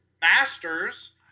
Masters